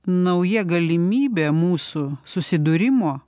nauja galimybė mūsų susidūrimo